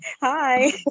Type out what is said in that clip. Hi